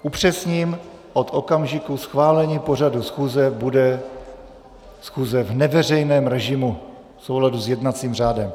Upřesním od okamžiku schválení pořadu schůze bude schůze v neveřejném režimu v souladu s jednacím řádem.